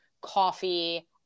coffee